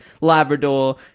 Labrador